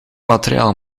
materiaal